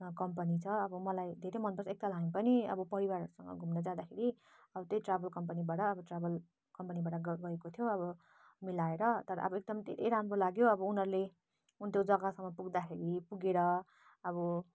company छ अब मलाई धेरै मनपर्छ एकताल हामी पनि अब परिवारहरूसँग घुम्न जाँदाखेरि अब त्यही ट्र्याभल कम्पनीबाट अब ट्र्याभल कम्पनीबाट गएको थियो अब मिलाएर तर अब एकदम धेरै राम्रो लाग्यो अब उनीहरूले उन त्यो जग्गासम्म पुग्दाखेरि पुगेर अब